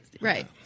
Right